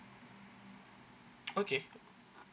okay